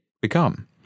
become